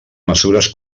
mesures